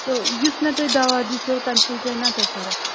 تہٕ یُس مےٚ تۄہہِ دوا دِژیو تَمہِ سۭتۍ گٔے نا تۄہہِ فَرَق